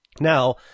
Now